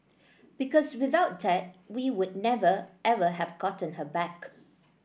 because without that we would never ever have gotten her back